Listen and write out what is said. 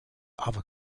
other